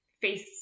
face